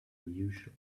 unusual